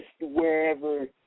wherever